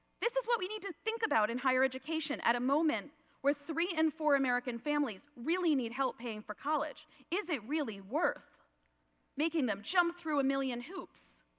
this is what we need to think about in higher education at a moment where three and four american families need help paying for college. is it really worth making them jump through a million hoops,